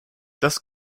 das